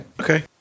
Okay